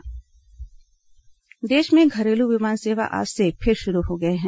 घरेलू विमान सेवा देश में घरेलू विमान सेवा आज से फिर शुरू हो गई है